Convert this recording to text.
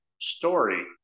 story